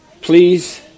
Please